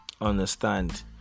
understand